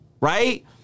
right